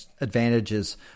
advantages